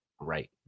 Right